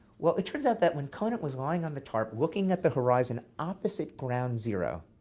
well, it turns out that when conant was lying on the tarp looking at the horizon opposite ground zero,